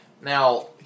Now